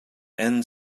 end